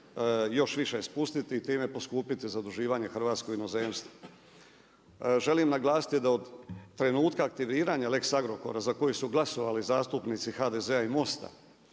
još više spustiti, time poskupiti zaduživanje Hrvatske u inozemstvu. Želim naglasiti da od trenutka aktiviranja lex Agrokora, za koju su glasovali zastupnici HDZ-a i MOST-a,